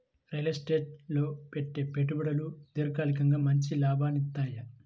real estate లో పెట్టే పెట్టుబడులు దీర్ఘకాలికంగా మంచి లాభాలనిత్తయ్యి